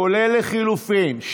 כולל לחלופין,